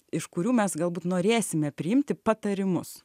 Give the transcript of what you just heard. iš kurių mes galbūt norėsime priimti patarimus